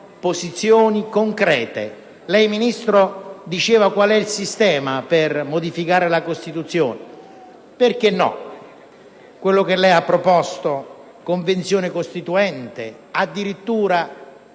posizioni concrete. Lei, signor Ministro, diceva quale poteva essere il sistema per modificare la Costituzione. Perché no? Quello che lei ha proposto - convenzione costituente - o addirittura,